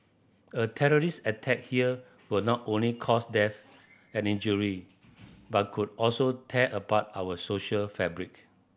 a terrorist attack here will not only cause death and injury but could also tear apart our social fabric